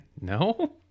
No